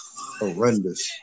horrendous